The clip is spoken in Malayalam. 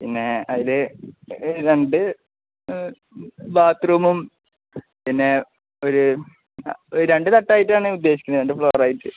പിന്നെ അതില് രണ്ട് ബാത്ത്റൂമും പിന്നെ ഒരു രണ്ട് തട്ടായിട്ടാണ് ഉദ്ദേശിക്കുന്നത് രണ്ട് ഫ്ലോറായിട്ട്